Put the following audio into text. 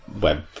web